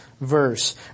verse